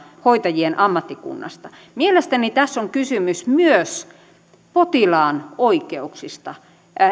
hoitajien ammattikunnasta mielestäni tässä on kysymys myös potilaan oikeuksista